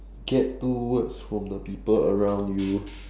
get two words from the people around you